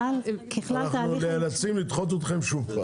אנחנו נאלצים לדחות אתכם שוב.